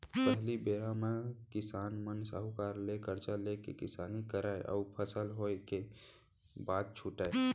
पहिली बेरा म किसान मन साहूकार ले करजा लेके किसानी करय अउ फसल होय के बाद छुटयँ